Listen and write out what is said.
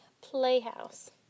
Playhouse